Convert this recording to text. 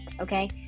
okay